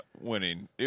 winning